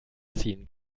ziehen